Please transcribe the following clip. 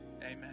Amen